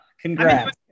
congrats